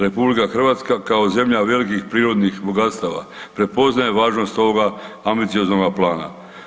RH kao zemlja velikih prirodnih bogatstava prepoznaje važnost ovoga ambicioznoga plana.